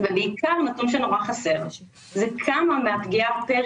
בעיקר נתון שמאוד חסר הוא כמה מהפגיעה פר